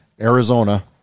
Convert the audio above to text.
arizona